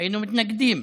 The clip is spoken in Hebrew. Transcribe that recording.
היינו מתנגדים.